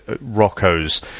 Rocco's